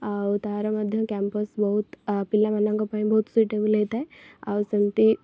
ଆଉ ତା'ର ମଧ୍ୟ କ୍ୟାମ୍ପସ୍ ବହୁତ ପିଲାମାନଙ୍କ ପାଇଁ ବହୁତ ସ୍ଵିଟେବଲ୍ ହେଇଥାଏ ଆଉ ସେମିତି